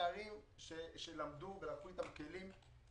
נערים שלמדו ולקחו איתם כלים,